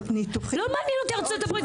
ניתוחים --- לא מעניין אותי מה קורה בארצות הברית,